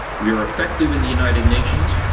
we are effective in the united nations.